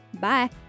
Bye